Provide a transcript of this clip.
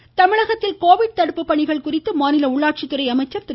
வேலுமணி தமிழகத்தில் கோவிட் கதடுப்பு பணிகள் குறித்து மாநில உள்ளாட்சித்துறை அமைச்சர் திரு